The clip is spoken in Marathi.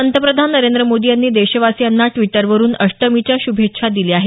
पंतप्रधान नरेंद्र मोदी यांनी देशवासियांना द्विटरवरून अष्टमीच्या शुभेच्छा दिल्या आहेत